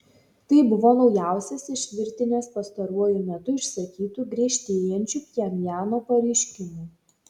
tai buvo naujausias iš virtinės pastaruoju metu išsakytų griežtėjančių pchenjano pareiškimų